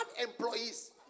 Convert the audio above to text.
employees